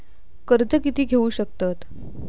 कर्ज कीती घेऊ शकतत?